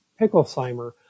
Picklesheimer